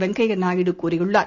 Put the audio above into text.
வெங்கய்யாநாயுடு கூறியுள்ளார்